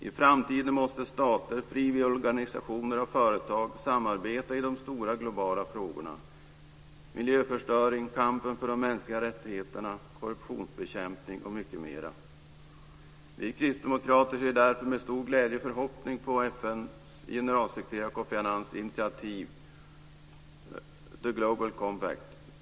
I framtiden måste stater, frivilligorganisationer och företag samarbeta i de stora globala frågorna - miljöförstöring, kampen för de mänskliga rättigheterna, korruptionsbekämpning och mycket mera. Vi kristdemokrater ser därför med stor glädje och förhoppning på FN:s generalsekreterare Kofi Annans initiativ The Global Compact.